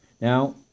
Now